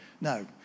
No